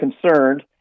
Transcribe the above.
concerned